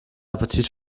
appetit